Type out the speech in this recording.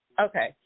Okay